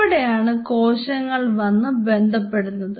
ഇവിടെയാണ് കോശങ്ങൾ വന്ന് ബന്ധപ്പെടുന്നത്